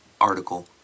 article